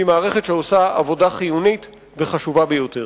שהיא מערכת שעושה עבודה חיונית וחשובה ביותר.